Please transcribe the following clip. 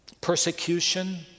persecution